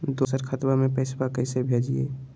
दोसर खतबा में पैसबा कैसे भेजिए?